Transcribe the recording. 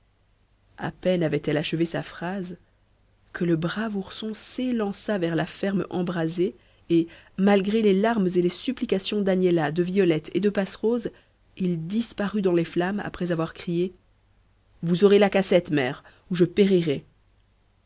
a peine avait-elle achevé sa phrase que le brave ourson s'élança vers la ferme embrasée et malgré les larmes et les supplications d'agnella de violette et de passerose il disparut dans les flammes après avoir crié vous aurez la cassette mère ou j'y périrai